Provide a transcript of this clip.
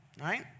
right